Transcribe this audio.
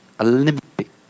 Olympic